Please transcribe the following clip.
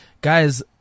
guys